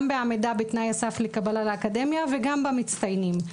גם בעמידה בתנאי סף לקבלה לאקדמיה וגם במצטיינים.